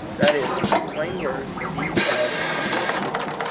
that is, in plain words, these are the coming people.